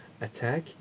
attack